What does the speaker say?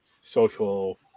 social